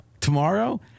tomorrow